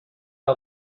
کار